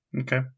Okay